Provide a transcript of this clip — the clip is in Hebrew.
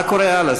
מה קורה הלאה?